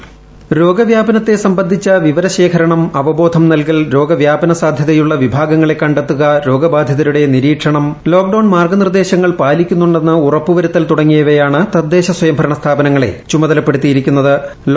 വോകിസ്സ് രോഗ വ്യാപനത്തെ സംബന്ധിച്ച ്രവിവ്മശേഖരണം അവബോധം നൽകൽ രോഗ വ്യാപന സാധ്യതയുള്ള പ്പീഭാഗ്ഗങ്ങളെ കണ്ടെത്തുക രോഗബാധിതരുടെ നിരീക്ഷണം ലോക്ഡൌൺ മാർഗ്ഗനിർദ്ദേശങ്ങൾ പാലിക്കുന്നുണ്ടെന്ന് ഉറപ്പ് വരുത്തൽ തുടങ്ങിയവ്യൂർണ് തദ്ദേശ സ്വയംഭരണ സ്ഥാപനങ്ങളെ ചുമതലപ്പെടുത്തിയിരിക്കുന്നത്ട്